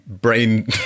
brain